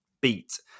beat